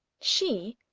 she,